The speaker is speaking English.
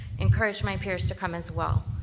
encouraged my peers to come as well.